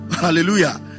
hallelujah